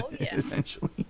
Essentially